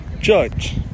Judge